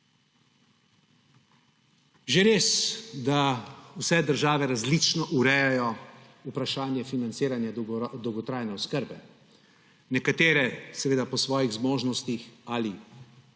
Že res, da vse države različno urejajo vprašanje financiranja dolgotrajne oskrbe; nekatere po svojih zmožnostih ali